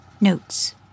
Notes